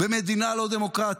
במדינה לא דמוקרטית.